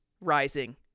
rising